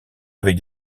avec